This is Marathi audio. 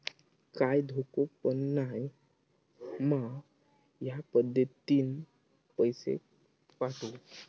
काय धोको पन नाय मा ह्या पद्धतीनं पैसे पाठउक?